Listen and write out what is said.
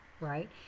right